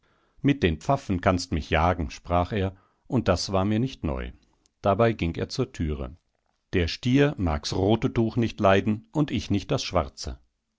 mit den pfaffen kannst mich jagen sprach er und das war mir nicht neu dabei ging er zur türe der stier mag's rote tuch nicht leiden und ich nicht das schwarze